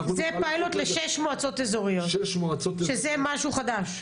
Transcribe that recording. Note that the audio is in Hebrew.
זה פיילוט לשש מועצות אזוריות, שזה משהו חדש?